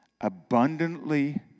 abundantly